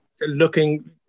looking